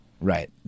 Right